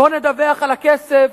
בואו נדווח על הכסף